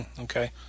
Okay